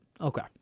okay